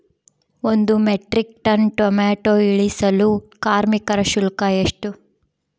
ಒಂದು metric tonne tomato ಇಳಿಸಲು ಕಾರ್ಮಿಕರ ಶುಲ್ಕ ಎಷ್ಟು?